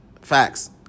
facts